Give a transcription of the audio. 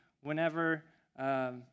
whenever